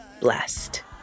blessed